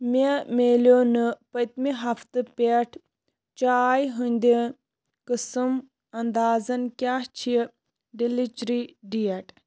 مےٚ میلیو نہٕ پٔتۍمہِ ہفتہٕ پٮ۪ٹھ چایہِ ہٕنٛدِ قٕسٕم انٛدازَن کیٛاہ چھِ ڈیلیچری ڈیٹ